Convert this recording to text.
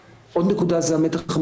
הסתבר שבמקביל התחילו להתקיים דיונים